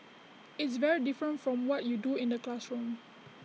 it's very different from what you do in the classroom